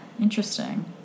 Interesting